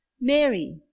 Mary